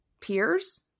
peers